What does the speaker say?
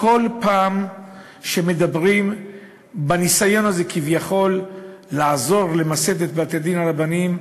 כל פעם שמדברים על הניסיון הזה כביכול לעזור למסד את בתי-הדין הרבניים,